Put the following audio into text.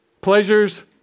pleasures